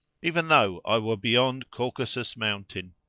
even though i were beyond caucasus-mountain.